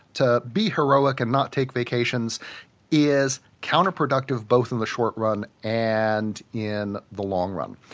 to be heroic and not take vacations is counterproductive both in the short run and in the long run.